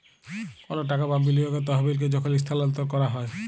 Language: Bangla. কল টাকা বা বিলিয়গের তহবিলকে যখল ইস্থালাল্তর ক্যরা হ্যয়